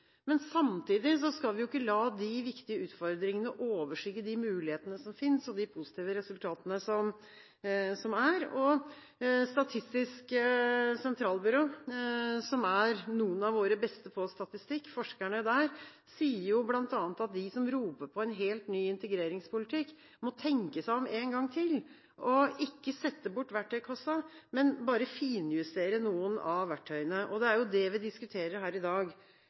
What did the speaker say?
men samtidig skal vi ikke la de viktige utfordringene overskygge mulighetene som finnes, og de positive resultatene som er. Statistisk sentralbyrå – og forskerne der er noen av våre beste på statistikk – sier bl.a. at de som roper på en helt ny integreringspolitikk, må tenke seg om en gang til og ikke sette bort verktøykassa, men bare finjustere noen av verktøyene. Det er jo det vi diskuterer her i dag.